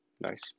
Nice